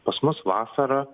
pas mus vasarą